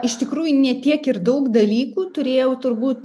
iš tikrųjų ne tiek ir daug dalykų turėjau turbūt